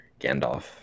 Gandalf